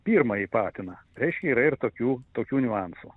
pirmąjį patiną reiškia yra ir tokių tokių niuansų